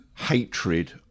hatred